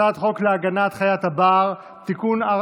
הצעת חוק להגנת חיית הבר (תיקון,